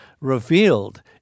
revealed